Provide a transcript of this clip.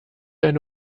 eine